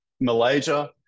Malaysia